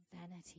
vanity